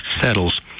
settles